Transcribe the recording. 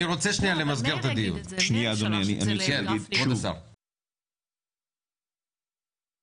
אני מציע שזה לא יהיה בהליך של חקיקה אלא בהליך של קבלת